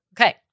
okay